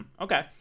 Okay